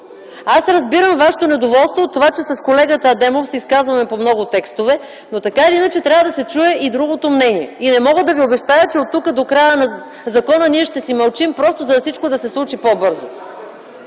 Аз разбирам вашето недоволство от това, че с колегата Адемов се изказваме по много текстове, но така или иначе трябва да се чуе и другото мнение. Не мога да ви обещая, че от тук до края на закона ние ще си мълчим, за да се случи всичко по-бързо.